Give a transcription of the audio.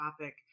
topic